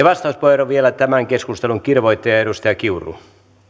vastauspuheenvuoro vielä tämän keskustelun kirvoittajalle edustaja